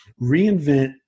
reinvent